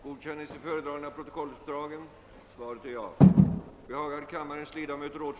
Herr talman! Den socialdemokratiska näringspolitiken är sedan länge inriktad på att utöka det statliga företagandet.